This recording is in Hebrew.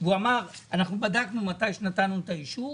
והוא אמר: אנחנו בדקנו מתי שנתנו את האישור,